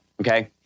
Okay